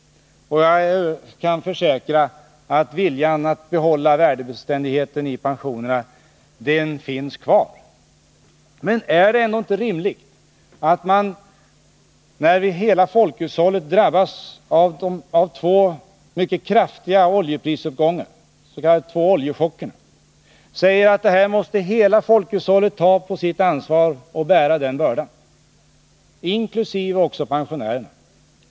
Och jag kan försäkra att viljan att behålla värdebeständigheten i pensionerna finns kvar. I Men är det ändå inte rimligt att, när hela folkhushållet drabbas av två mycket kraftiga oljeprisuppgångar, de två s.k. oljechockerna, säga att hela 55 folkhushållet måste ta på sitt ansvar att bära den bördan — inkl. pensionärerna?